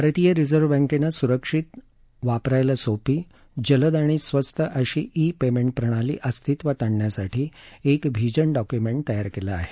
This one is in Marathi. भारतीय रिझर्व बॅंकेनं सूरक्षित वापरायला सोपीजलद आणि स्वस्त अशी ई पेमेंट प्रणाली अस्तित्वात आणण्यासाठी एक व्हिजन डॉक्युमेंट तयार केलं आहे